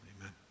Amen